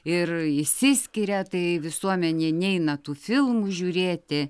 ir išsiskiria tai visuomenė neina tų filmų žiūrėti